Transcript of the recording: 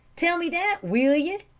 tell me that, will ye?